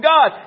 God